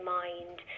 mind